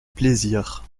plaisir